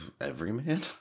Everyman